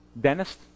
dentist